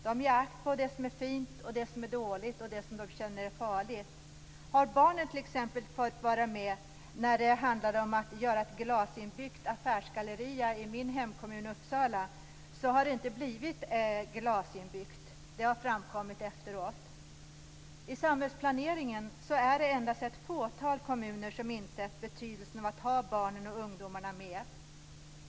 De ger akt på det som de tycker är fint och det som de tycker är dåligt och farligt. Hade barnen t.ex. fått vara med när det handlade om att göra en glasinbyggd affärsgalleria i min hemkommun Uppsala hade den inte blivit glasinbyggd. Det har framkommit efteråt. I samhällsplaneringen är det endast ett fåtal kommuner som insett betydelsen av att ha barnen och ungdomarna med.